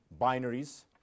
binaries